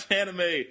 anime